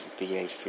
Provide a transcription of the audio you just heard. BAC